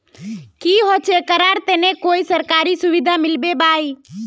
की होचे करार तने कोई सरकारी सुविधा मिलबे बाई?